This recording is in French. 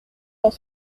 dans